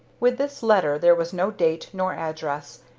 with this letter there was no date nor address,